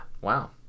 wow